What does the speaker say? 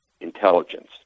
intelligence